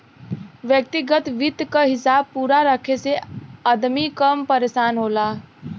व्यग्तिगत वित्त क हिसाब पूरा रखे से अदमी कम परेसान होला